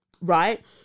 Right